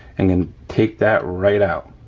and then take that right out.